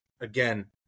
again